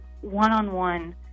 one-on-one